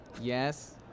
Yes